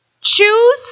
Choose